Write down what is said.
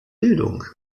bildung